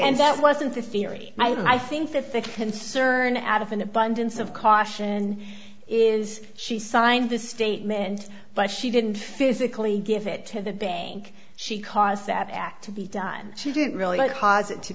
and that wasn't a theory i think that the concern add of an abundance of caution is she signed the statement but she didn't physically give it to the bank she caused that act to be done she didn't really like cause it to